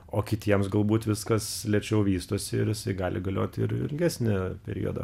o kitiems galbūt viskas lėčiau vystosi ir gali galioti ir ilgesnį periodą